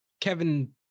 kevin